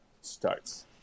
starts